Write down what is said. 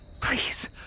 please